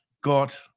got